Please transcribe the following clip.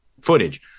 footage